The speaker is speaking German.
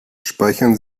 speichern